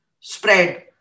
spread